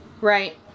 right